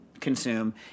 consume